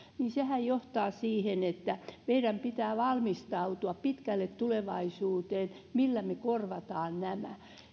niin sehän johtaa siihen että meidän pitää valmistautua pitkälle tulevaisuuteen millä me korvaamme nämä